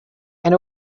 and